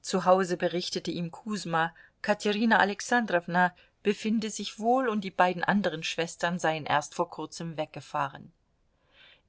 zu hause berichtete ihm kusma katerina alexandrowna befinde sich wohl und die beiden anderen schwestern seien erst vor kurzem weggefahren